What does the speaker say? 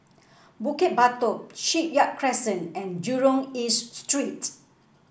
Bukit Batok Shipyard Crescent and Jurong East Street